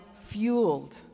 fueled